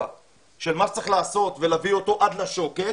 לגבי מה צריך לעשות ולהביא אותו עד לשוקת,